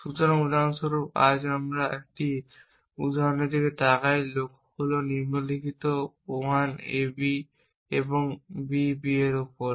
সুতরাং উদাহরণস্বরূপ আজ আমরা একটি উদাহরণ তাকাই লক্ষ্য হল নিম্নলিখিত 1 A B এবং B B এর উপর